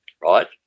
right